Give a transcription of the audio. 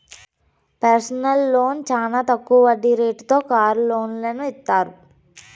personal loan చానా తక్కువ వడ్డీ రేటుతో కారు లోన్లను ఇత్తారు